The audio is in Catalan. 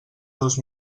dos